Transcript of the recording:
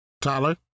Tyler